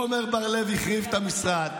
עמר בר לב החריב את המשרד.